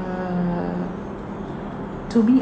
uh to me